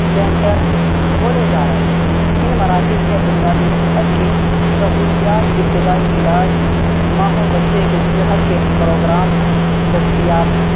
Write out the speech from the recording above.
centres کھولے جا رہے ہیں ان مراکز میں بنیادی صحت کی سہولیات ابتدائی علاج ماں و بچے کی صحت کے پروگرامس دستیاب ہے